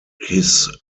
his